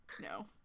No